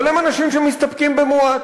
אבל הם אנשים שמסתפקים במועט.